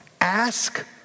ask